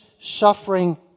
suffering